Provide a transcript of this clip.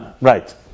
Right